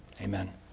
Amen